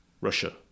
Russia